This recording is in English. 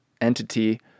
entity